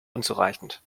unzureichend